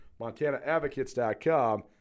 MontanaAdvocates.com